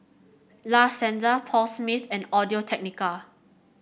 La Senza Paul Smith and Audio Technica